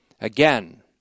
Again